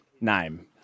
name